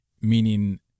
meaning